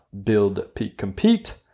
buildpeakcompete